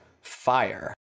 Fire